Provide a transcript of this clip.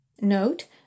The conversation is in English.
Note